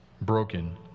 broken